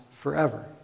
forever